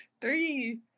three